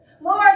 Lord